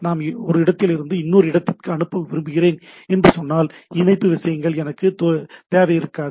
நான் ஒரு இடத்திலிருந்து இன்னொரு இடத்திற்கு அனுப்ப விரும்புகிறேன் என்று சொன்னால் இணைப்பு விஷயங்கள் எனக்குத் தேவையிருக்காது